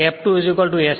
હવે તે F2 sf છે